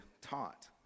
taught